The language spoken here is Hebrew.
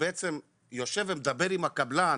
ובעצם יושב ומדבר עם הקבלן,